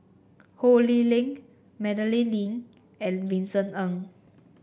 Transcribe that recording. Ho Lee Ling Madeleine Lee and Vincent Ng